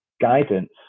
guidance